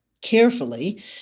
Carefully